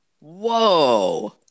Whoa